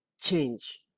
change